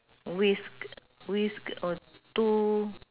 whisk~ whisk~ got two